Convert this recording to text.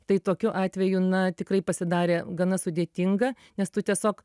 tai tokiu atveju na tikrai pasidarė gana sudėtinga nes tu tiesiog